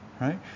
right